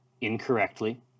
incorrectly